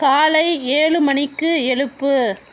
காலை ஏழு மணிக்கு எழுப்பு